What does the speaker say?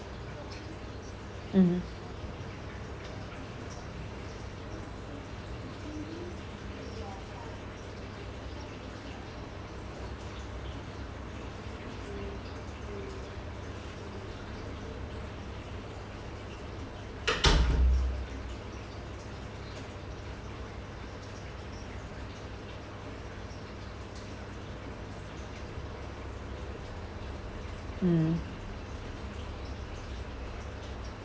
mmhmm mm